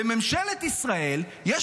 בממשלת ישראל יש